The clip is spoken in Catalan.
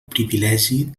privilegi